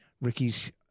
Ricky's